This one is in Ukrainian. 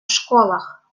школах